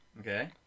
Okay